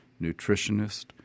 nutritionist